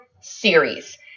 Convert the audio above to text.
series